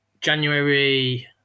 January